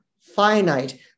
finite